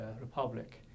Republic